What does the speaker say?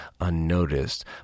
unnoticed